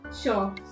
Sure